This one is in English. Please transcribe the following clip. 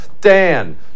Dan